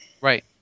Right